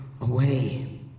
away